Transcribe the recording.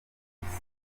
polisi